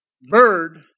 bird